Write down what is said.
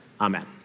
Amen